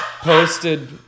posted